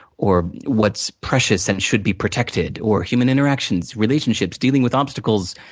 or what's precious, and should be protected, or, human interactions, relationships, dealing with obstacles,